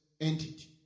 entity